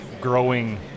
growing